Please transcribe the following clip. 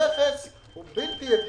המכס הוא בלתי הגיוני.